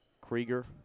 Krieger